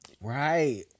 Right